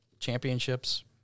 Championships